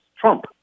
Trump